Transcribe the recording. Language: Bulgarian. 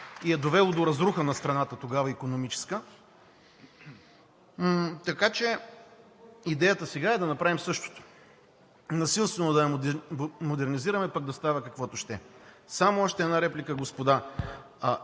икономическа разруха на страната. Така че идеята сега е да направим същото. Насилствено да я модернизираме, пък да става какво ще. Само още една реплика, господа.